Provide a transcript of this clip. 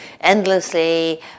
endlessly